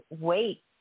wait